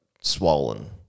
Swollen